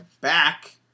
back